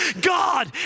God